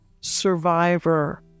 survivor